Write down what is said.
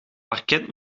parket